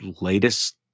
latest